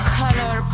color